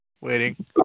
Waiting